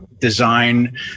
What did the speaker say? design